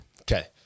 Okay